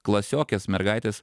klasiokės mergaitės